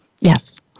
Yes